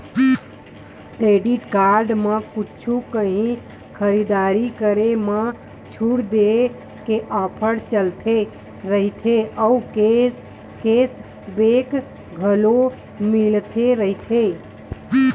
credit card म कुछु काही खरीददारी करे म छूट देय के ऑफर चलत रहिथे अउ केस बेंक घलो मिलत रहिथे